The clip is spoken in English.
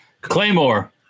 Claymore